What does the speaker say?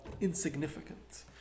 insignificant